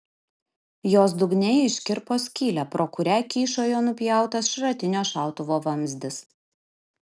jos dugne ji iškirpo skylę pro kurią kyšojo nupjautas šratinio šautuvo vamzdis